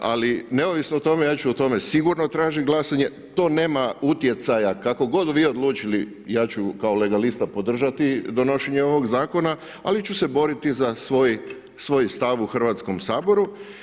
Ali neovisno o tome, ja ću o tome sigurno tražit glasanje, to nema utjecaja kako god vi odlučili, ja ću kao legalista podržati donošenje ovog zakona, ali ću se boriti za svoj stav u Hrvatskom saboru.